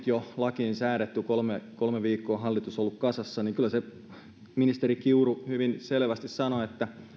jo nyt lakiin säädetty kolme kolme viikkoa hallitus on ollut kasassa niin kyllä ministeri kiuru hyvin selvästi sanoi että